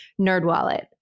NerdWallet